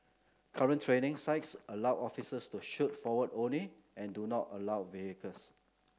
current training sites allow officers to shoot forward only and do not allow vehicles